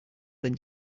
than